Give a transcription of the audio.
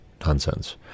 nonsense